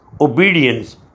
obedience